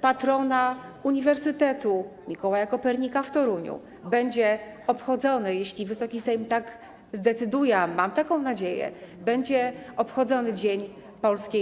patrona Uniwersytetu Mikołaja Kopernika w Toruniu, będzie obchodzony, jeśli Wysoki Sejm tak zdecyduje, a mam taką nadzieję, Dzień Nauki Polskiej.